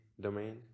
domain